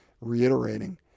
reiterating